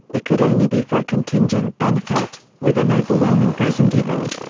it could only be for a contingent benefit, with an overwhelming present evil.